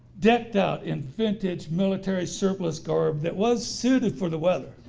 decked out in vintage military surplus garb that was suited for the weather.